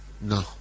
no